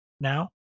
now